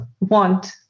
want